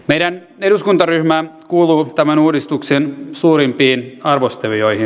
meidän eduskuntaryhmämme kuuluu tämän uudistuksen suurimpiin arvostelijoihin